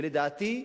ולדעתי,